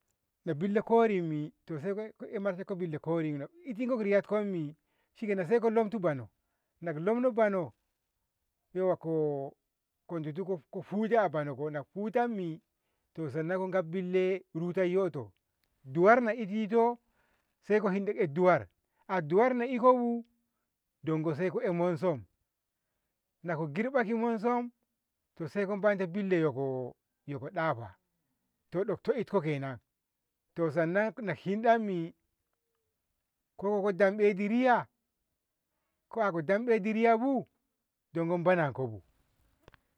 Na billa korinmi to saiko marshe billa korinno ko ko itko riyatkommi shikenan saiko lamtu bono, nako lamtu bono nako lamno bano yawwa ko ditu ko hute a bono, nako hutammi sannan ko gaf ruratayoto duwar na itito saiko hinɗe ko'e duwar a duwar na ikobu dongo saiko eh monsum nako girba ki monsum saiko man billa yoko ɗaafa yoto itko kenan sannan na hinɗami saiko dam betu riya koa ko dambetu riyabu dongo bankobu